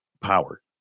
power